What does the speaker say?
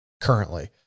currently